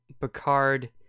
Picard